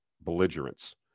belligerence